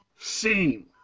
scene